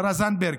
השרה זנדברג,